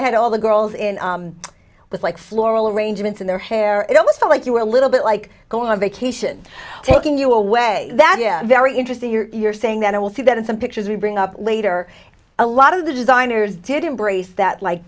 they had all the girls in with like floral arrangements in their hair it almost felt like you were a little bit like going on vacation taking you away that is very interesting you're saying that i will see that in some pictures we bring up later a lot of the designers did embrace that like